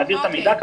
להעביר את המידע,